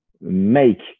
make